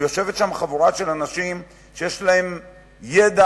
ויושבת שם חבורה של אנשים שיש להם ידע